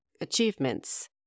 achievements